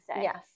Yes